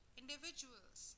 individuals